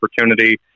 opportunity